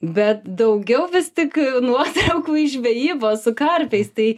bet daugiau vis tik nuotraukų iš žvejybos su karpiais tai